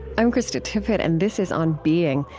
i'm krista tippett and this is on being.